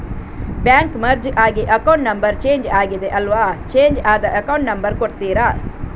Bank merge ಆಗಿ account number change ಆಗಿದೆ ಅಲ್ವಾ, ಚೇಂಜ್ ಆದ ಅಕೌಂಟ್ ನಂಬರ್ ಕೊಡ್ತೀರಾ?